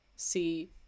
see